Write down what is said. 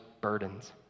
burdens